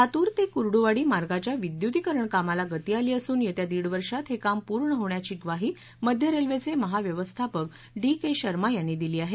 लातूर ते कुर्ड्वाडी मार्गाच्या विद्युतिकरण कामाला गती आली असून येत्या दीड वर्षात हे काम पूर्ण होण्याची ग्वाही मध्य रेल्वेचे महाव्यवस्थापक डी के शर्मा यांनी दिली आहे